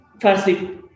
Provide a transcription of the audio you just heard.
firstly